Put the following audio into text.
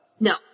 No